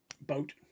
boat